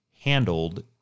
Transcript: handled